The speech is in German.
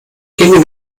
gehen